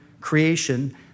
creation